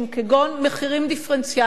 כגון מחירים דיפרנציאליים.